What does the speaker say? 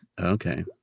Okay